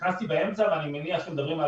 נכנסתי באמצע ואני מניח שמדברים על